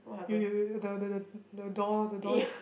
you you you you the the the the door the door